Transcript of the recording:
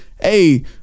hey